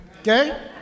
okay